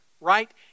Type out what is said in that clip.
right